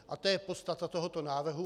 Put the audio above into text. To je podstata tohoto návrhu.